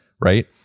Right